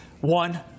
one